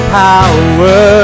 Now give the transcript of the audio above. power